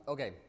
Okay